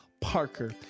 Parker